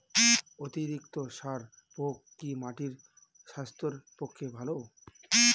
অতিরিক্ত সার প্রয়োগ কি মাটির স্বাস্থ্যের পক্ষে ভালো?